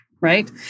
right